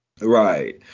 Right